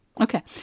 Okay